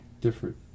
different